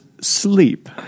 sleep